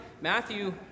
Matthew